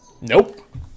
Nope